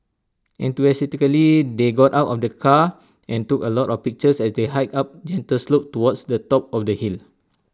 enthusiastically they got out of the car and took A lot of pictures as they hiked up A gentle slope towards the top of the hill